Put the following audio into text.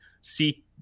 see